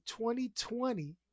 2020